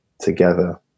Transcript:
together